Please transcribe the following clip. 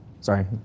sorry